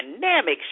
dynamic